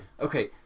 okay